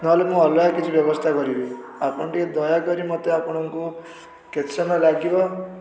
ନହେଲେ ମୁଁ ଅଲଗା କିଛି ବ୍ୟବସ୍ଥା କରିବି ଆପଣ ଟିକିଏ ଦୟାକରି ମୋତେ ଆପଣଙ୍କୁ କେତେ ସମୟ ଲାଗିବ